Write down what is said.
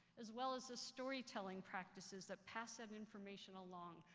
as well as the storytelling practices that pass that information along,